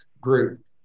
group